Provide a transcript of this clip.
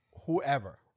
whoever